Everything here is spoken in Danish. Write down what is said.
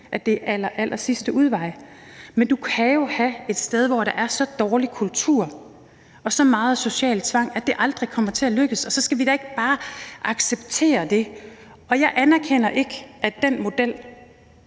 allerallersidste udvej, men du kan jo have et sted, hvor der er så dårlig kultur og så meget social tvang, at det aldrig kommer til at lykkes, og så skal vi da ikke bare acceptere det. Jeg anerkender ikke, at den model,